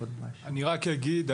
אני רק אגיד,